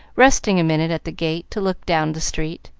resting a minute at the gate to look down the street,